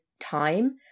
time